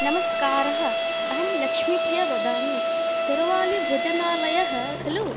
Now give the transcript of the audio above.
नमस्कारः अहं लक्ष्मीप्रिया वदामि शेर्वालीभोजनालयः खलु